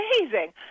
amazing